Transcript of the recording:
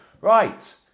Right